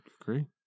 agree